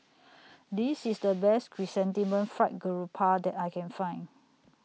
This IS The Best Chrysanthemum Fried Garoupa that I Can Find